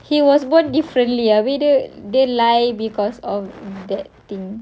he was born differently ah whether they lie because of that thing